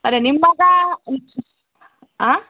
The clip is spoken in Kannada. ಅರೆ ನಿಮ್ಮ ಮಗ ಆಂ